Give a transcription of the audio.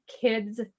kids